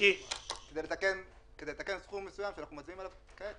כדי לתקן סכום מסוים שאנחנו מצביעים עליו כעת,